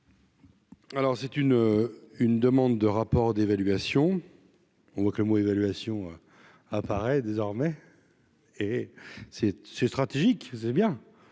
Alors c'est une une demande de rapport d'évaluation. On voit que le mot évaluation apparaît désormais et c'est c'est stratégique faisait bien